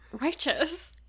Righteous